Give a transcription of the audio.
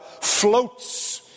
floats